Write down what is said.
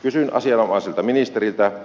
kysyn asianomaiselta ministeriltä